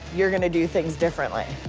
you're going to do things differently.